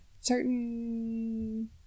certain